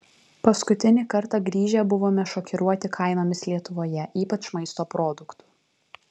paskutinį kartą grįžę buvome šokiruoti kainomis lietuvoje ypač maisto produktų